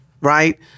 right